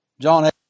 John